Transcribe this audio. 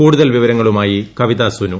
കൂടുതൽ വിവരങ്ങളുമായി ്കൂവിത സുനു